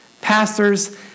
Pastors